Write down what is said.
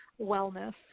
wellness